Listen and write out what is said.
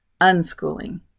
unschooling